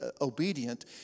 obedient